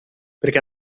perché